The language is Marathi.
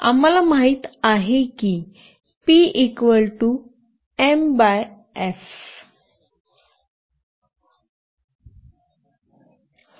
आम्हाला माहित आहे की P m x f